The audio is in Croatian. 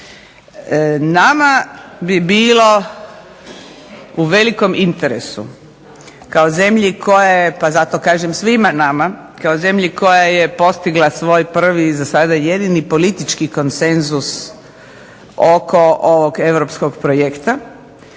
Nama bi bilo u velikom interesu kao zemlji koja je, pa zato kažem svima nama, kao zemlji koja je postigla svoj prvi i zasada jedini politički konsenzus oko ovog europskog projekta,